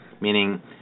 meaning